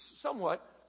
somewhat